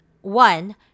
one